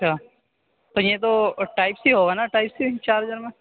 اچھا یہ تو ٹائپ سی ہوگا نا ٹائپ سی چارجر میں